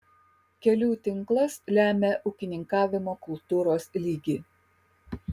kelių tinklas lemia ūkininkavimo kultūros lygį